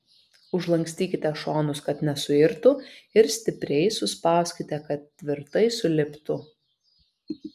užlankstykite šonus kad nesuirtų ir stipriai suspauskite kad tvirtai suliptų